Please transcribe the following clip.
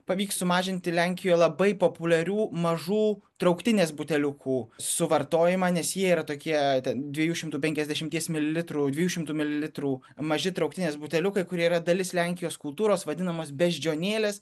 pavyks sumažinti lenkijoje labai populiarių mažų trauktinės buteliukų suvartojimą nes jie yra tokie ten dviejų šimtų penkiasdešimties mililitrų dviejų šimtų mililitrų maži trauktinės buteliukai kurie yra dalis lenkijos kultūros vadinamos beždžionėlės